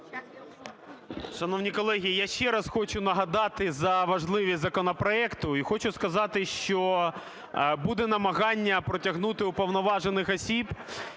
Шановні колеги, я ще раз хочу нагадати за важливість законопроекту і хочу сказати, що буде намагання протягнути уповноважених осіб,